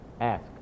Ask